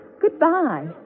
Goodbye